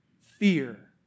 Fear